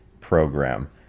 program